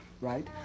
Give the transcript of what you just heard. right